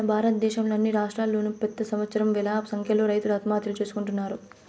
మన భారతదేశంలో అన్ని రాష్ట్రాల్లోనూ ప్రెతి సంవత్సరం వేల సంఖ్యలో రైతులు ఆత్మహత్యలు చేసుకుంటున్నారు